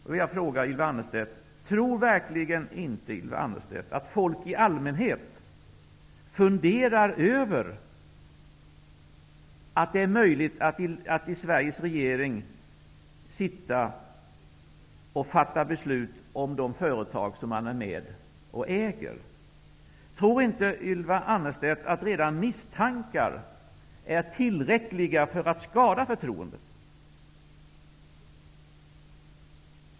Jag vill fråga Ylva Annerstedt: Tror verkligen inte Ylva Annerstedt att folk i allmänhet funderar över att det är möjligt att sitta i Sveriges regering och fatta beslut om de företag som man har ägarandelar i? Tror inte Ylva Annerstedt att redan misstankar är tillräckliga för att skada förtroendet?